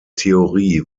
theorie